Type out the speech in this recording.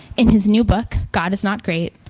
in his new book, god is not great,